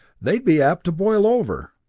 they'd be apt to boil over!